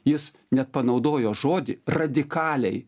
jis net panaudojo žodį radikaliai